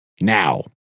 Now